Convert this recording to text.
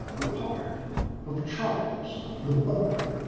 the part of charles the butler.